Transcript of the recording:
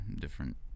different